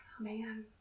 Man